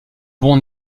bon